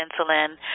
insulin